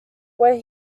where